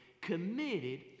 committed